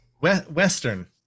western